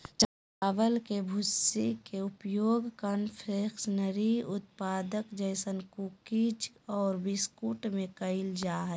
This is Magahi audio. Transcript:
चावल के भूसी के उपयोग कन्फेक्शनरी उत्पाद जैसे कुकीज आरो बिस्कुट में कइल जा है